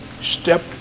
step